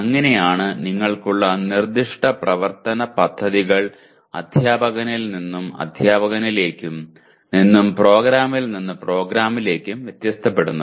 അങ്ങനെയാണ് നിങ്ങൾക്കുള്ള നിർദ്ദിഷ്ട പ്രവർത്തന പദ്ധതികൾ അധ്യാപകനിൽ നിന്നും അധ്യാപകനിലേക്കും നിന്നും പ്രോഗ്രാമിൽ നിന്ന് പ്രോഗ്രാമിലേക്കും വ്യത്യാസപ്പെടുന്നത്